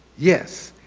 yes,